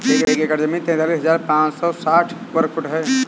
एक एकड़ जमीन तैंतालीस हजार पांच सौ साठ वर्ग फुट है